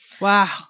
Wow